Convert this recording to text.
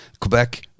Quebec